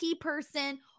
person